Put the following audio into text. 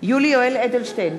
יולי יואל אדלשטיין,